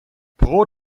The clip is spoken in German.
pro